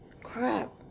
Crap